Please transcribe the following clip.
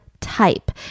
type